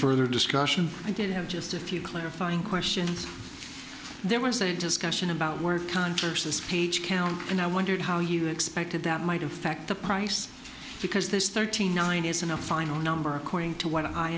further discussion i did have just a few clarifying questions there was a discussion about word consciousness page count and i wondered how you expected that might affect the price because this thirty nine isn't a final number according to what i